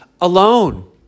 alone